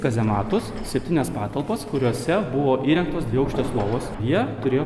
kazematus septynias patalpas kuriose buvo įrengtos dviaukštės lovos jie turėjo